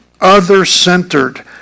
other-centered